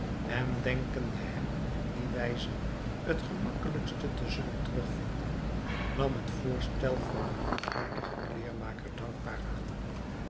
en denkende hem op die wijze het gemakkelijkste te zullen terugvinden nam het voorstel van den goedhartigen kleêrmaker dankbaar aan